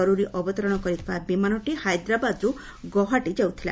ଜରୁରୀ ଅବତରଣ କରିଥିବା ବିମାନଟି ହାଇଦ୍ରାବାଦରୁ ଗୌହାଟୀ ଯାଉଥିଲା